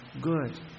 good